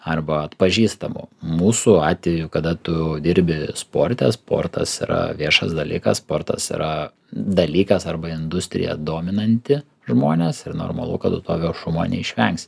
arba atpažįstamu mūsų atveju kada tu dirbi sporte sportas yra viešas dalykas sportas yra dalykas arba industrija dominanti žmones ir normalu kad tu to viešumo neišvengsi